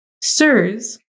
SIRS